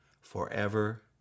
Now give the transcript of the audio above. forever